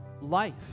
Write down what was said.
life